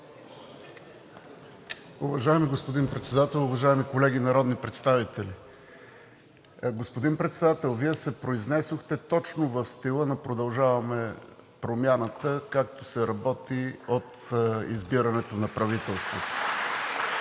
Уважаеми господин Председател, уважаеми колеги народни представители! Господин Председател, Вие се произнесохте точно в стила на „Продължаваме Промяната“, както се работи от избирането на правителството.